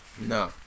No